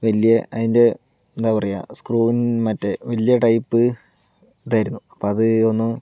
വലിയ അതിൻ്റെ എന്താ പറയുക സ്ക്രൂവും മറ്റ് വല്യ ടൈപ്പ് ഇതായിരുന്നു അപ്പോൾ അത് ഒന്ന്